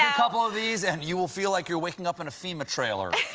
ah couple of these and you will feel like you are waking up in a fema trailer.